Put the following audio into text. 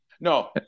No